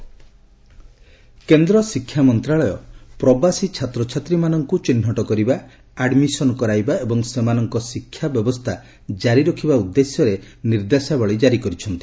migrant children କେନ୍ଦ୍ର ଶିକ୍ଷାମନ୍ତ୍ରଣାଳୟ ପ୍ରବାସୀ ଛାତ୍ରଛାତ୍ରୀମାନଙ୍କୁ ଚିହ୍ନଟ କରିବା ଆଡ୍ମିଶନ କରାଇବା ଏବଂ ସେମାନଙ୍କ ଶିକ୍ଷା ବ୍ୟବସ୍ଥା କାରି ରଖିବା ଉଦ୍ଦେଶ୍ୟରେ ନିର୍ଦ୍ଦେଶାବଳୀ ଜାରି କରିଛି